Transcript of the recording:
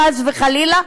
חס וחלילה,